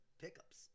pickups